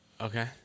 Okay